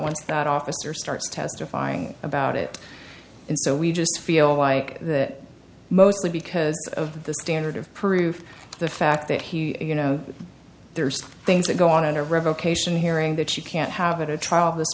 once that officer starts testifying about it and so we just feel like that mostly because of the standard of proof the fact that he you know there's things that go on in our revocation hearing that you can't have it a trial this